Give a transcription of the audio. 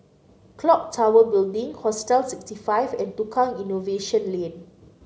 clock Tower Building Hostel sixty five and Tukang Innovation Lane